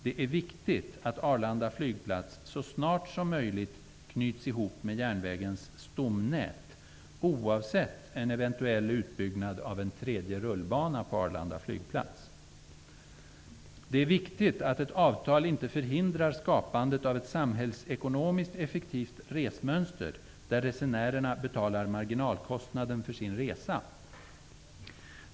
Det är viktigt att Arlanda flygplats så snart som möjligt knyts ihop med järnvägens stomnät, oavsett om det blir en utbyggnad av en trejde rullbana på Arlanda flygplats eller ej. Det är viktigt att ett avtal inte förhindrar skapandet av ett samhällsekonomiskt effektivt resmönster, där resenärerna betalar marginalkostnaden för sin resa.